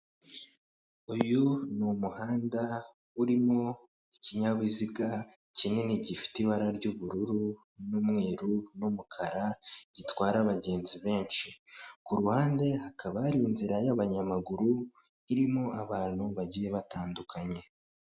Uyu ni umuhanda urimo ikinyabiziga kinini gifite ibara ry'ubururu n'umweru n'umukara gitwara abagenzi benshi, ku ruhande hakaba hari inzira y'abanyamaguru irimo abantu bagiye batandukanye.